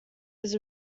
his